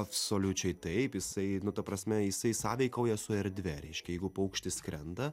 absoliučiai taip jisai nu ta prasme jisai sąveikauja su erdve reiškia jeigu paukštis skrenda